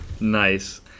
Nice